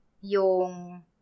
yung